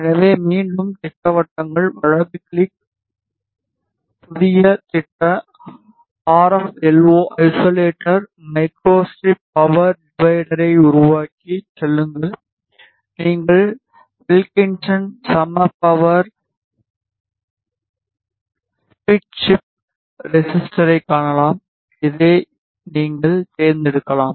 எனவே மீண்டும் திட்டவட்டங்கள் வலது கிளிக் புதிய திட்ட ஆர்எப் எல்ஓ வை ஐசோலேட்டர் மைக்ரோஸ்ட்ரிப் பவர் டிவைடரை உருவாக்கி செல்லுங்கள் நீங்கள் வில்கின்சன் சம பவர் ஸ்ப்ளிட் சிப் ரெசிஸ்டரை காணலாம் இதை நீங்கள் தேர்ந்தெடுக்கலாம்